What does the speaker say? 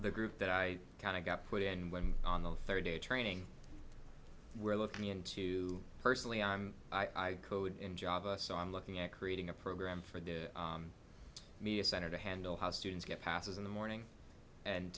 the group that i kind of got put in when i'm on the third day training we're looking into personally i'm i code in java so i'm looking at creating a program for the media center to handle how students get passes in the morning and